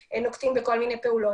שגם הם לפעמים נוקטים בכל מיני פעולות,